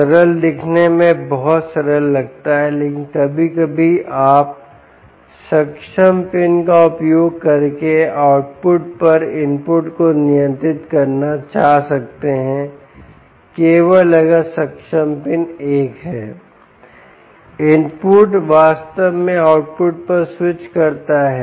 सरल दिखने में बहुत सरल लगता है लेकिन कभी कभी आप सक्षम पिन का उपयोग करके आउटपुट पर इनपुट को नियंत्रित करना चाह सकते हैं केवल अगर सक्षम पिन एक है इनपुट वास्तव में आउटपुट पर स्विच करता है